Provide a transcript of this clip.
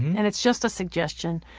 and it's just a suggestion.